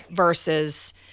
versus